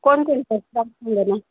कोणकोणते आहेत